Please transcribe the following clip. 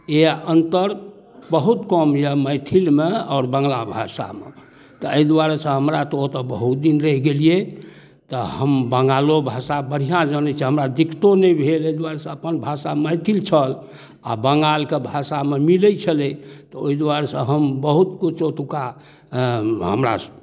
इएह अन्तर बहुत कम यए मैथिलमे आओर बंगला भाषामे ताहि दुआरे से हमरा तऽ ओतय बहुत दिन रहि गेलियै तऽ हम बंगालो भाषा बढ़िआँ जनै छी हमरा दिक्कतो नहि भेल एहि दुआरे से अपन भाषा मैथिल छल आ बंगालके भाषामे मिलै छलै तऽ ओहि दुआरे से हम बहुत किछु ओतुक्का हमरा